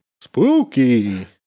spooky